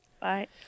Bye